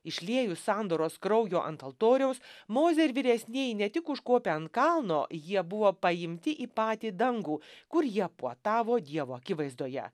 išliejus sandoros kraujo ant altoriaus mozė ir vyresnieji ne tik užkopę ant kalno jie buvo paimti į patį dangų kur jie puotavo dievo akivaizdoje